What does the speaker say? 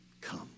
come